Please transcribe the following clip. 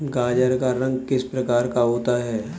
गाजर का रंग किस प्रकार का होता है?